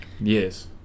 Yes